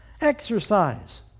Exercise